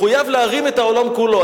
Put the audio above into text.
מחויב להרים את העולם כולו.